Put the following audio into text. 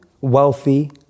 wealthy